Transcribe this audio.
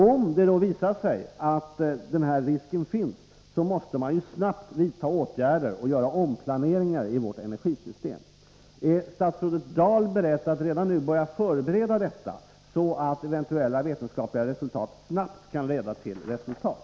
Om det då visar sig att den här risken finns måste man snabbt vidta åtgärder och göra omplaneringar i vårt energisystem. Är statsrådet Dahl beredd att redan nu börja förbereda detta, så att eventuella vetenskapliga resultat snabbt kan leda till åtgärder?